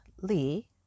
Lee